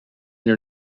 your